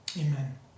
Amen